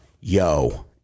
yo